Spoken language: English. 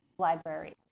library